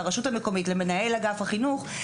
לרשות המקומית ולמנהל אגף החינוך.